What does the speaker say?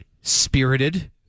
spirited